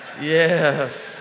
Yes